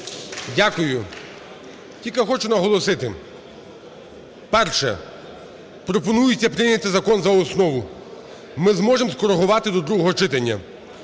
Дякую. Тільки хочу наголосити, перше, пропонується прийняти закон за основу, ми зможемо скорегувати до другого читання.